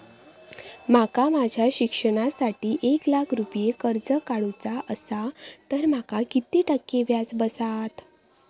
माका माझ्या शिक्षणासाठी एक लाख रुपये कर्ज काढू चा असा तर माका किती टक्के व्याज बसात?